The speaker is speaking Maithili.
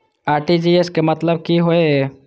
आर.टी.जी.एस के मतलब की होय ये?